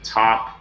top